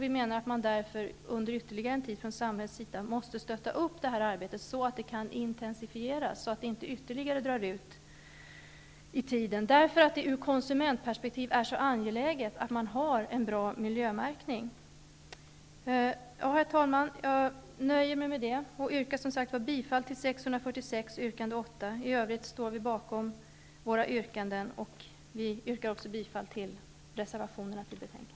Vi menar att samhället därför under ytterligare en tid måste stötta detta arbete, så att det kan intensifieras och inte drar ut ytterligare på tiden. Ur konsumentperspektiv är det mycket angeläget att man har en bra miljömärkning. Herr talman! Jag nöjer mig med detta och yrkar som sagt bifall till motion Jo646 yrkande 8. Även i övrigt står vi bakom Vänsterpartiet förslag och jag yrkar bifall till reservationerna till betänkandet.